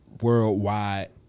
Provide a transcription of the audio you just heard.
worldwide